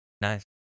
Nice